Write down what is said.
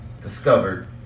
discovered